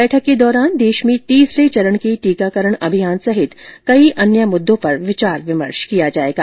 बैठक के दारान देश में तीसरे चरण के टीकाकरण अभियान सहित कई अन्य मुद्दों पर विचार विमर्श किया जाएगा